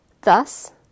Thus